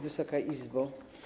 Wysoka Izbo!